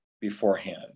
beforehand